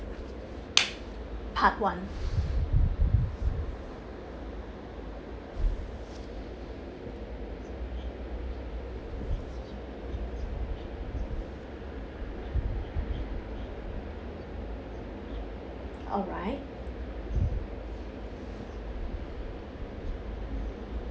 part one alright